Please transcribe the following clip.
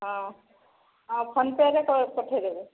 ହଁ ହଁ ଫୋନପେରେ ପଠେଇ ଦେବି